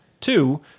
Two